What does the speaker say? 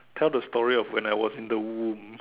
tell the story of when I was in the womb